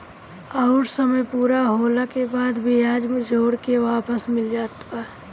अउर समय पूरा होला के बाद बियाज जोड़ के वापस मिल जाला